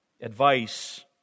advice